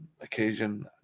occasion